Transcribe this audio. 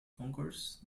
concourse